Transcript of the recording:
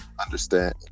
understand